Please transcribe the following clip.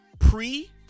pre